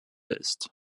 ist